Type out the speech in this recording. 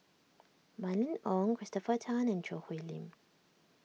Mylene Ong Christopher Tan and Choo Hwee Lim